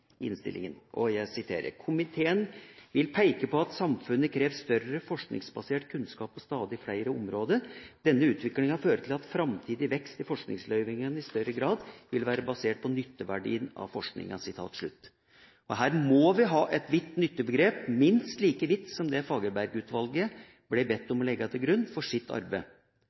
Jeg siterer: «Komiteen vil peike på at samfunnet krev større forskingsbasert kunnskap på stadig fleire område. Denne utviklinga fører til at framtidig vekst i forskingsløyvingane i større grad vil vere basert på nytteverdien av forskinga.» Her må vi ha et vidt nyttebegrep – minst like vidt som det Fagerberg-utvalget ble bedt om å legge til grunn for sitt arbeid,